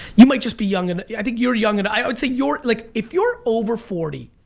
you might just be young and i think you're young and i would say you're like if you're over forty